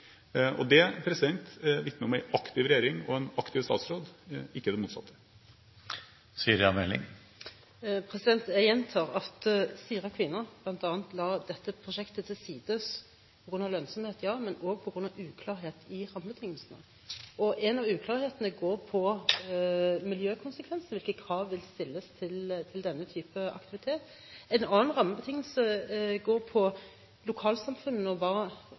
om en aktiv regjering og en aktiv statsråd, ikke det motsatte. Jeg gjentar at Sira-Kvina bl.a. la dette prosjektet til side på grunn av lønnsomheten, men også på grunn av uklarhet i rammebetingelsene. En av uklarhetene går på miljøkonsekvenser – hvilke krav vil stilles til denne type aktivitet? En annen rammebetingelse går på lokalsamfunnene og hva